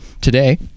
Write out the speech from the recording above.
today